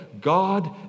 God